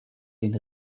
den